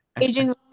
aging